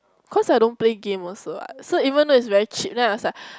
cause I don't play game also what so even though it's very cheap then I was like